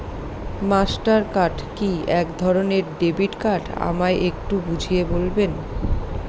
Master card কি একধরণের debit card আমায় একটু বুঝিয়ে বলবেন?